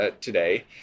today